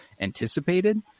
anticipated